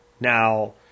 Now